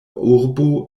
urbo